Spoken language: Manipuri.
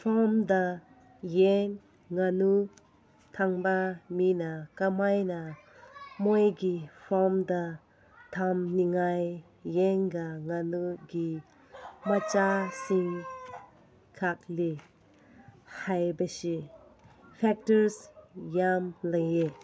ꯁꯣꯝꯗ ꯌꯦꯟ ꯉꯥꯅꯨ ꯊꯝꯕ ꯃꯤꯅ ꯀꯃꯥꯏꯅ ꯃꯣꯏꯒꯤ ꯐꯥꯔꯝꯗ ꯊꯝꯅꯤꯡꯉꯥꯏ ꯌꯦꯟꯒ ꯉꯥꯅꯨꯒꯤ ꯃꯆꯥꯁꯤꯡ ꯈꯥꯛꯂꯤ ꯍꯥꯏꯕꯁꯤ ꯐꯦꯛꯇꯔꯁ ꯌꯥꯝ ꯂꯩꯌꯦ